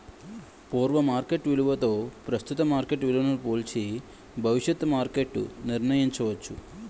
పూర్వ మార్కెట్ విలువతో ప్రస్తుతం మార్కెట్ విలువను పోల్చి భవిష్యత్తు మార్కెట్ నిర్ణయించవచ్చు